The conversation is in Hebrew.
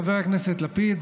חבר הכנסת לפיד,